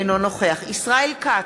אינו נוכח ישראל כץ,